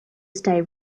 stay